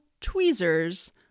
tweezers